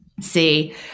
See